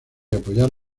apoyar